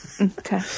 okay